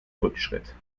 rückschritt